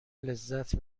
لذت